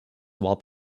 while